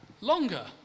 longer